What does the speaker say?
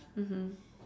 mmhmm